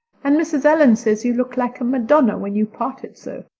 and mrs. allan says you look like a madonna when you part it so.